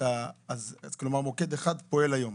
אז מוקד אחד פועל היום.